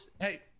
Hey